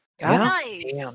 Nice